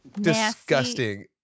Disgusting